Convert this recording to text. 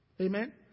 Amen